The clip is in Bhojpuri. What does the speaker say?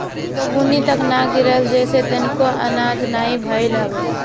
एगो बुन्नी तक ना गिरल जेसे तनिको आनाज नाही भइल हवे